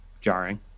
jarring